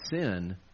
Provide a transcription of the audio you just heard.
sin